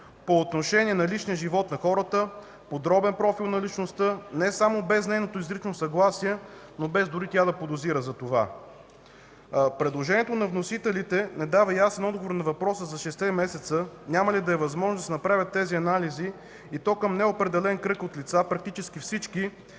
по отношение на личния живот на хората, подробен профил на личността не само без нейното изрично съгласие, но дори без тя да подозира за това. Предложението на вносителите не дава ясен отговор на въпроса за шестте месеца няма ли да е възможно да се направят тези анализи, и то към неопределен кръг от лица, практически всички,